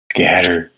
Scatter